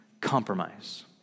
compromise